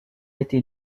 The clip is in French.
été